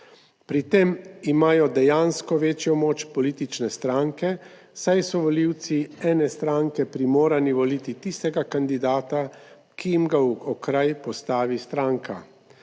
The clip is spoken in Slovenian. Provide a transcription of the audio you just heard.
Pri tem imajo dejansko večjo moč politične stranke, saj so volivci ene stranke primorani voliti tistega kandidata, ki jim ga v okraj postavi stranka.